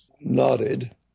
nodded